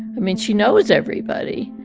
i mean, she knows everybody.